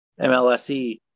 MLSE